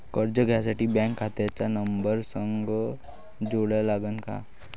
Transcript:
कर्ज घ्यासाठी बँक खात्याचा नंबर संग जोडा लागन का?